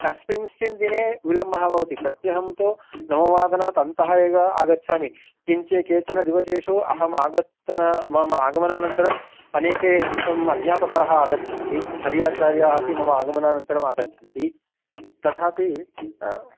कस्मिन्श्चिन् दिने विल्मबः भवति प्रत्यहं तु नववादनात् अन्तः एव आगच्छामि किञ्च केचन दिवशेषु अहं आगत्तन मम आगमनानन्तरं अनेके अध्यापकाः आगच्छन्ति हरि आचार्याः अपि मम आगमनानन्तरं आगच्छन्ति तथापि